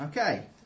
Okay